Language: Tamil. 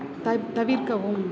த தவிர்க்கவும்